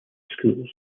schools